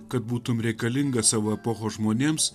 kad būtum reikalingas savo epochos žmonėms